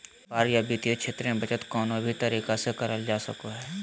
व्यापार या वित्तीय क्षेत्र मे बचत कउनो भी तरह से करल जा सको हय